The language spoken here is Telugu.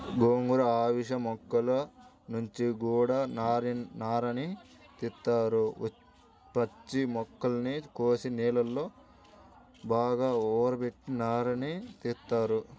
గోంగూర, అవిశ మొక్కల నుంచి గూడా నారని తీత్తారు, పచ్చి మొక్కల్ని కోసి నీళ్ళలో బాగా ఊరబెట్టి నారని తీత్తారు